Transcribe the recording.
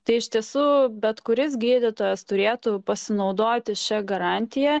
tai iš tiesų bet kuris gydytojas turėtų pasinaudoti šia garantija